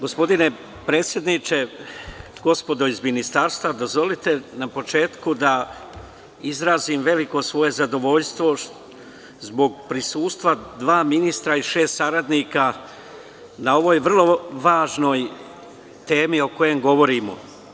Gospodine predsedniče, gospodo iz ministarstva, dozvolite na početku da izrazim veliko svoje zadovoljstvo zbog prisustva dva ministra i šest saradnika na ovoj vrlo važnoj temi o kojoj govorimo.